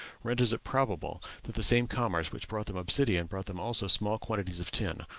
renders it probable that the same commerce which brought them obsidian brought them also small quantities of tin,